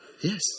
Yes